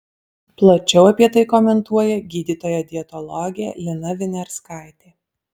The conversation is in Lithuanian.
plačiau apie tai komentuoja gydytoja dietologė lina viniarskaitė